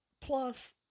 plus